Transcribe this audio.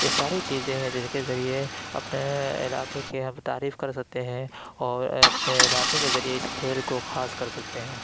یہ ساری چیزیں ہیں جن کے ذریعے اپنے علاقے کی ہم تعریف کر سکتے ہیں اور اپنے علاقے کے ذریعے اس کھیل کو خاص کر سکتے ہیں